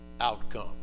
outcome